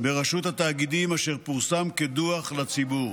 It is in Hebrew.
ברשות התאגידים, אשר פורסם כדוח לציבור.